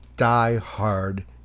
die-hard